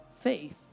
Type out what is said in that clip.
faith